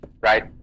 right